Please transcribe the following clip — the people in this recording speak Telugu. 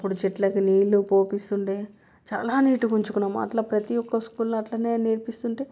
అప్పుడు చెట్లకు నీళ్ళు పోపిస్తుంటే చాలా నీట్గా ఉంచుకున్నము అట్లా ప్రతి ఒక్క స్కూల్ల అట్లనే నేర్పిస్తుంటే